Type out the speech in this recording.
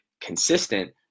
consistent